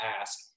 ask